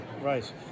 right